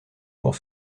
pour